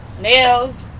Nails